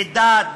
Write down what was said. עדה,